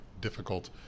difficult